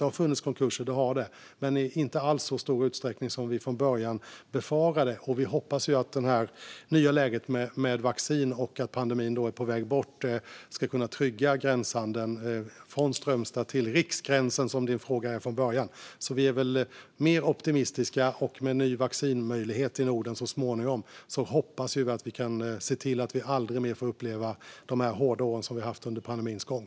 Det har funnits konkurser, men inte alls i så stor utsträckning som vi från början befarade. Vi hoppas att det nya läget med vaccin och där pandemin är på väg bort ska kunna trygga gränshandeln från Strömstad till riksgränsen, som din fråga gällde från början. Vi är mer optimistiska, och med en ny vaccinmöjlighet i Norden så småningom hoppas vi att vi kan se till att vi aldrig mer får uppleva de hårda år som vi har haft under pandemins gång.